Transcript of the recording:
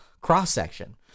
cross-section